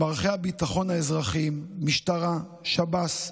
מערכי הביטחון האזרחיים, משטרה, שב"ס,